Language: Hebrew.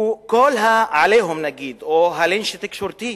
הוא כל ה"עליהום", נגיד, או הלינץ' התקשורתי,